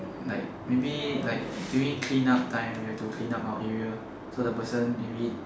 like maybe like during clean up time we have to clean up our area so the person maybe